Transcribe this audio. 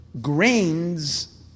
Grains